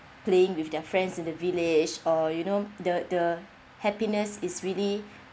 playing with their friends in the village or you know the the happiness is really